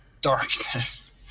darkness